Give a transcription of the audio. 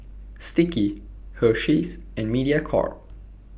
Sticky Hersheys and Mediacorp